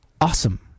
awesome